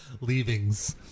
leavings